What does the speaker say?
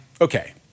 okay